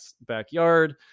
backyard